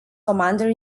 commander